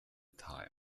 time